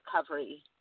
recovery